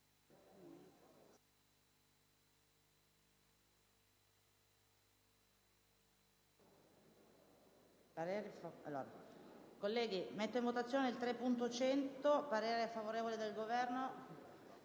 parere favorevole del Governo